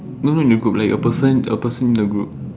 no no in a group like a person a person in the group